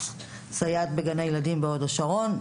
כסייעת בגן ילדים בהוד השרון,